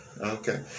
okay